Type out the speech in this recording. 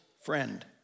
friend